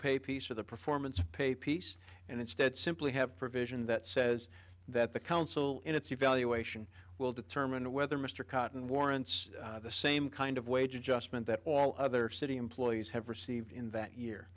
pay piece of the performance pay piece and instead simply have provision that says that the council in its evaluation will determine whether mr cotton warrants the same kind of wage adjustment that all other city employees have received in that year